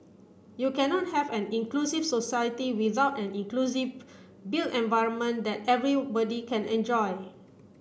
you cannot have an inclusive society without an inclusive built environment that everybody can enjoy